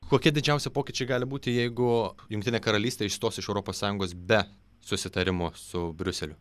kokie didžiausi pokyčiai gali būti jeigu jungtinė karalystė išstos iš europos sąjungos be susitarimo su briuseliu